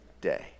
day